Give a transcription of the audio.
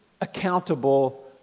accountable